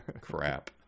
Crap